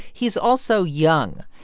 he's also young.